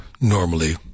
normally